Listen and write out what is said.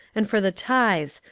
and for the tithes,